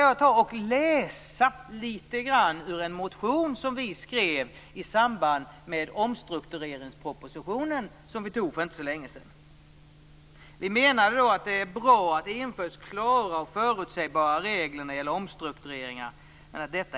Jag skall läsa lite grann ur en motion vi väckte i samband med den omstruktureringsproposition som antogs för inte så länge sedan: Vi menade att det är bra att det införs klara och förutsägbara regler när det gäller omstruktureringar.